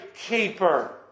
keeper